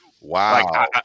Wow